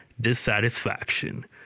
dissatisfaction